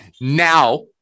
Now